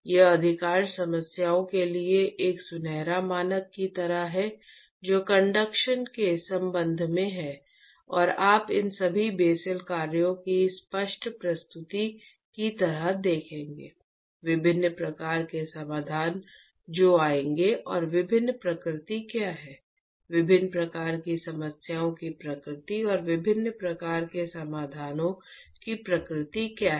यह अधिकांश समस्याओं के लिए एक सुनहरे मानक की तरह है जो कंडक्शन के संबंध में है और आप इन सभी बेसेल कार्यों की स्पष्ट प्रस्तुति की तरह देखेंगे विभिन्न प्रकार के समाधान जो आएंगे और विभिन्न प्रकृति क्या है विभिन्न प्रकार की समस्याओं की प्रकृति और विभिन्न प्रकार के समाधानों की प्रकृति क्या है